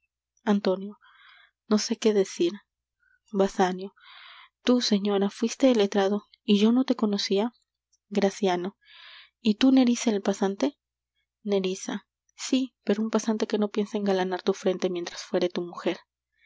antonio no sé qué decir basanio tú señora fuiste el letrado y yo no te conocia graciano y tú nerissa el pasante nerissa sí pero un pasante que no piensa engalanar tu frente mientras fuere tu mujer